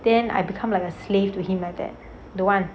then I become like a slave to him like that don't want